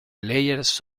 layers